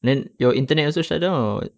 then your internet also shut down or what